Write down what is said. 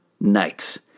Nights